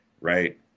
right